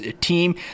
team